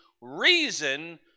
reason